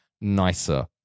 nicer